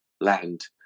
land